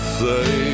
say